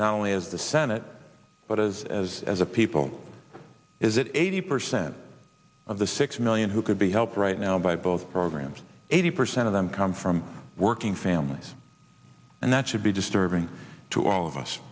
not only as the senate but as as as a people is that eighty percent of the six million who could be helped right now by both programs eighty percent of them come from working families and that should be disturbing to all of us